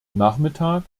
nachmittag